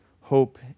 hope